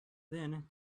then